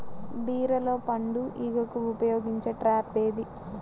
బీరలో పండు ఈగకు ఉపయోగించే ట్రాప్ ఏది?